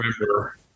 remember